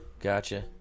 Gotcha